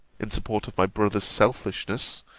in support of my brother's selfishness,